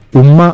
Umma